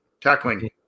tackling